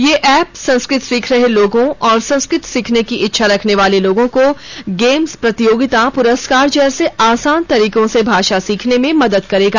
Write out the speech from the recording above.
यह ऐप संस्कृत सीख रहे लोगों और संस्कृत सीखने की इच्छा रखने वाले लोगों को गेम्स प्रतियोगिता प्रस्कार जैसे आसान तरीकों से भाषा सीखने में मदद करेगा